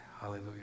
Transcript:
Hallelujah